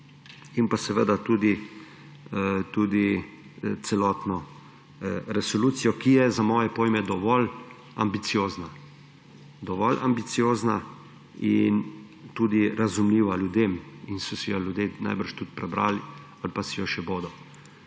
in seveda tudi celotno resolucijo, ki je za moje pojme dovolj ambiciozna in tudi razumljiva ljudem in so si jo ljudje najbrž tudi prebrali ali pa si jo še bodo.